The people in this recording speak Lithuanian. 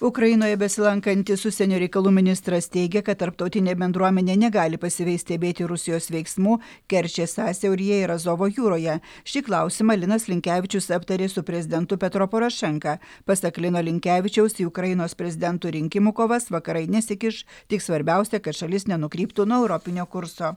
ukrainoje besilankantis užsienio reikalų ministras teigė kad tarptautinė bendruomenė negali pasyviai stebėti rusijos veiksmų kerčės sąsiauryje ir azovo jūroje šį klausimą linas linkevičius aptarė su prezidentu petro porošenka pasak lino linkevičiaus į ukrainos prezidento rinkimų kovas vakarai nesikiš tik svarbiausia kad šalis nenukryptų nuo europinio kurso